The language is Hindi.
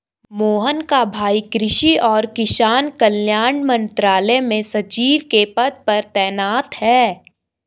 मोहन का भाई कृषि और किसान कल्याण मंत्रालय में सचिव के पद पर तैनात है